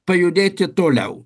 pajudėti toliau